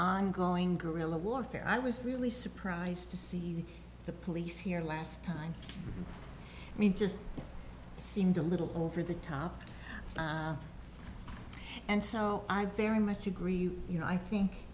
ongoing guerrilla warfare i was really surprised to see the police here last time i mean just seemed a little over the top and so i very much agree you know i think